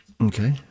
Okay